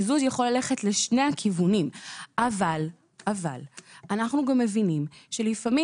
קיזוז יכול ללכת לשני הכיוונים אבל אנחנו גם מבינים שלפעמים